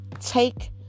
Take